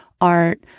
art